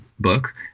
book